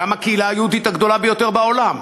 גם הקהילה היהודית הגדולה ביותר בעולם.